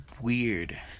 weird